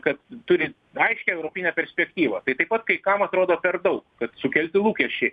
kad turi aiškią europinę perspektyvą tai taip pat kai kam atrodo per daug kad sukelti lūkesčiai